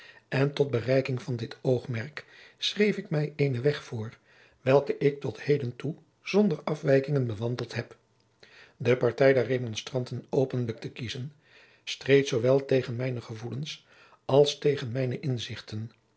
en tot bereiking van dit oogmerk schreef ik mij eenen weg voor welken ik tot heden toe zonder afwijkingen bewandeld heb de partij der remonstranten openlijk te kiezen streed zoowel tegen mijne gevoelens als tegen mijne inzichten